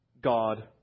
God